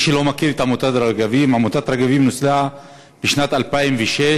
מי שלא מכיר את עמותת "רגבים" עמותת "רגבים" נוסדה בשנת 2006,